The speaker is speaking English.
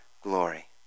glory